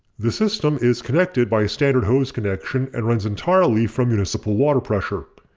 the system is connected by a standard hose connection and runs entirely from municipal water pressure.